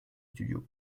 studio